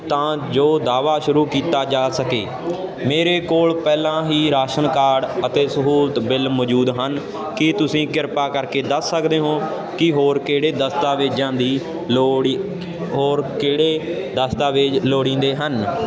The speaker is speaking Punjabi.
ਤਾਂ ਜੋ ਦਾਆਵਾ ਸ਼ੁਰੂ ਕੀਤਾ ਜਾ ਸਕੇ ਮੇਰੇ ਕੋਲ ਪਹਿਲਾਂ ਹੀ ਰਾਸ਼ਨ ਕਾਰਡ ਅਤੇ ਸਹੂਲਤ ਬਿੱਲ ਮੌਜੂਦ ਹਨ ਕੀ ਤੁਸੀਂ ਕਿਰਪਾ ਕਰਕੇ ਦੱਸ ਸਕਦੇ ਹੋ ਕਿ ਹੋਰ ਕਿਹੜੇ ਦਸਤਾਵੇਜਾਂ ਦੀ ਲੋੜੀ ਹੋਰ ਕਿਹੜੇ ਦਸਤਾਵੇਜ ਲੋੜੀਂਦੇ ਹਨ